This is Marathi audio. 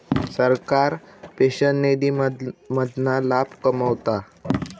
सरकार पेंशन निधी मधना लाभ कमवता